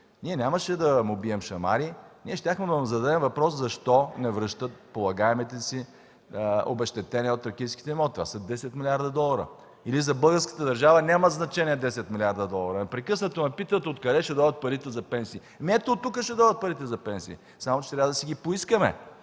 Ние нямаше да му бием шамари, щяхме да му зададем въпрос защо не връщат полагаемите обезщетения от тракийските имоти – това са 10 млрд. долара. Или за българската държава нямат значение 10 млрд. долара? Непрекъснато ме питат откъде ще дойдат парите за пенсии – ами ето оттук ще дойдат парите за пенсии! Само че трябва да си ги поискаме,